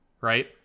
right